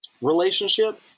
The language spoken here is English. relationship